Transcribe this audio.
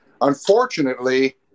unfortunately